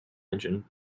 engine